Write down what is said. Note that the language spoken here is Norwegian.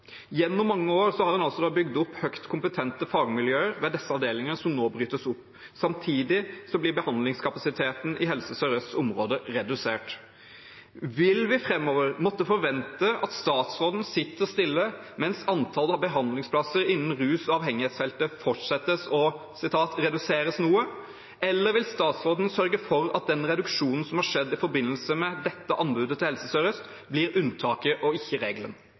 nå brytes opp. Samtidig blir behandlingskapasiteten i Helse Sør-Østs område redusert. Vil vi framover måtte forvente at statsråden sitter stille mens antall behandlingplasser innen rus- og avhengighetsfeltet fortsetter å «reduseres noe», eller vil statsråden sørge for at den reduksjonen som har skjedd i forbindelse med dette anbudet til Helse Sør-Øst, blir unntaket og ikke regelen?